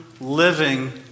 living